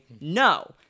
No